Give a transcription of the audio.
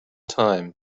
time